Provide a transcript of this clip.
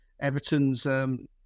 Everton's